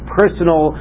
personal